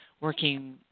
working